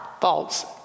thoughts